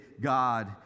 God